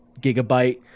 gigabyte